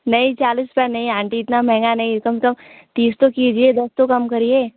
नहीं चालीस का नहीं आंटी इतना महंगा नहीं कम से कम तीस तो कीजिये दस तो कम करिए